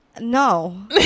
No